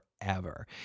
forever